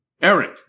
Eric